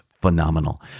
phenomenal